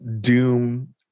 Doom